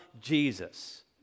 Jesus